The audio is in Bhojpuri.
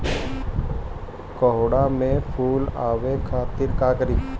कोहड़ा में फुल आवे खातिर का करी?